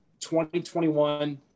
2021